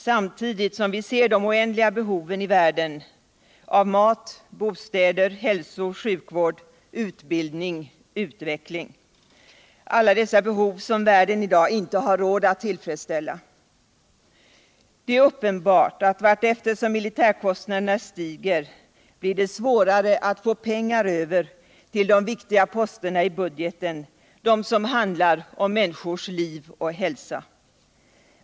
Samtidigt ser vi de oändliga behoven I världen av mat, bostäder, hälso och sjukvård, utbildning och utveckling — alla dessa behov som världen i dag inte har råd att ullfredsställa. Det är uppenbart att vartefter som militärkostnaderna stiger blir det svårare att få pengar över till de viktiga posterna i budgeten, de som handlar om människors liv och hälsa.